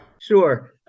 Sure